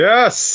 Yes